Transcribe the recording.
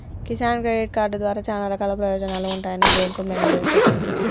Kisan credit card ద్వారా చానా రకాల ప్రయోజనాలు ఉంటాయని బేంకు మేనేజరు చెప్పిన్రు